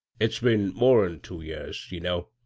it's been more'n two years, ye know,